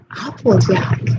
Applejack